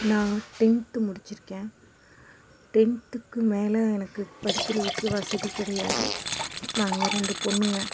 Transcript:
நான் டென்த் முடிச்சுருக்கேன் டென்த்துக்கு மேலே எனக்கு படிக்கிறதுக்கு வசதி கிடையாது நாங்கள் ரெண்டு பொண்ணுங்க